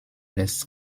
less